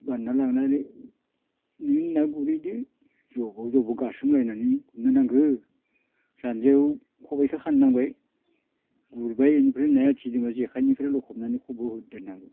बानना लांनानै नों ना गुरहैदो जब' जब' गासोमलायनानै गुरनो नांगो जान्जियाव खबाइखो खानो नांबाय गुरबाय इनिफ्राय नाया जेनेबा जेखाइनिफ्राय लखबनानै खबाइआव दोननांगौ